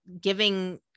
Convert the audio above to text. giving